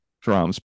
drums